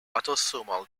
autosomal